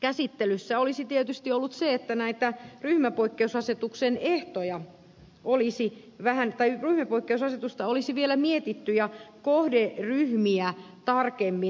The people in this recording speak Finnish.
käsittelyssä olisi tietysti ollut se että näitä ryhmäpoikkeusasetuksen ehtoja olisi vähän tai ryhmäpoikkeusasetusta olisi vielä mietitty ja kohderyhmiä tarkemmin valittu